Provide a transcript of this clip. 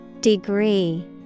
Degree